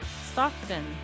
Stockton